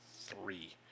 three